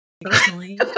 personally